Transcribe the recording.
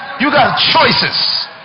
you got choices